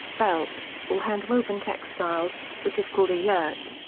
felt, or hand-woven textiles, which is called a yurt.